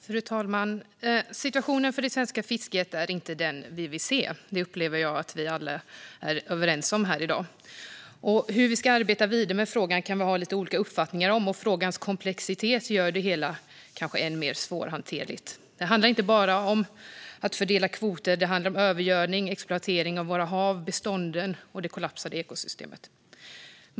Fru talman! Situationen för det svenska fisket är inte den vi vill se. Det upplever jag att vi alla är överens om i dag. Hur vi ska arbeta vidare med frågan kan vi ha lite olika uppfattningar om, och frågans komplexitet kanske gör det hela än mer svårhanterligt. Det handlar inte bara om att fördela kvoter, utan det handlar också om övergödning, exploatering av våra hav, bestånden och det kollapsade ekosystemet.